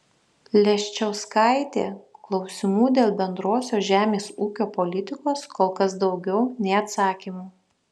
leščauskaitė klausimų dėl bendrosios žemės ūkio politikos kol kas daugiau nei atsakymų